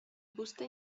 busta